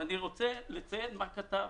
ואני רוצה לציין מה כתב